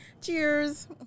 cheers